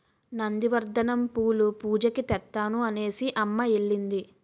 నంది వర్ధనం పూలు పూజకి తెత్తాను అనేసిఅమ్మ ఎల్లింది